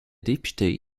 députés